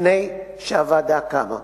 לפני שהוועדה קמה.